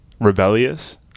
rebellious